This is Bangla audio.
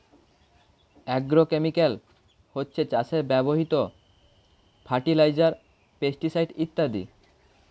অ্যাগ্রোকেমিকাল হচ্ছে চাষে ব্যবহৃত ফার্টিলাইজার, পেস্টিসাইড ইত্যাদি